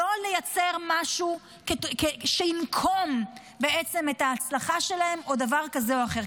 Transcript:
לא לייצר משהו שינקום על ההצלחה שלהם או דבר כזה או אחר,